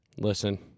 Listen